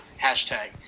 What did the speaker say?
hashtag